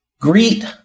Greet